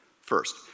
First